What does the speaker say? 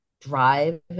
drive